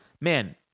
man